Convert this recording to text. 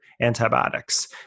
antibiotics